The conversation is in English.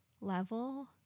level